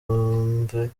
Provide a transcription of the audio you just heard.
mageragere